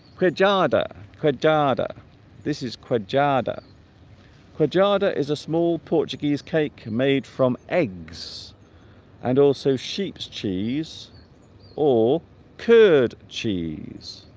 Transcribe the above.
where giada kidada this is quad giada quad giada is a small portuguese cake made from eggs and also sheep's cheese or curd cheese